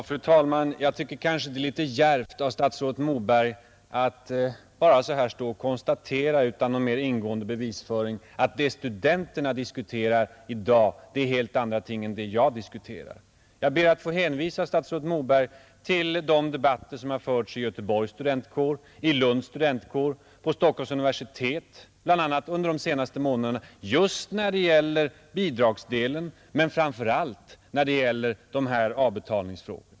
Fru talman! Jag tycker det är litet djärvt av statsrådet Moberg att konstatera utan någon mer ingående bevisföring att vad studenterna i dag diskuterar är helt andra ting än de som jag diskuterar, Jag ber att få hänvisa statsrådet Moberg till de debatter som de senaste månaderna har förts bl.a. i Göteborgs studentkår, i Lunds studentkår och på Stockholms universitet när det gäller bidragsdelen men framför allt när det gäller avbetalningsfrågorna.